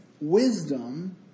wisdom